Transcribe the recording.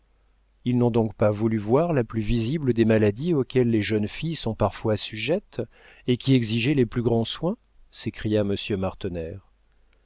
ils n'ont donc pas voulu voir la plus visible des maladies auxquelles les jeunes filles sont parfois sujettes et qui exigeait les plus grands soins s'écria monsieur martener